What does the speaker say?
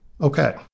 okay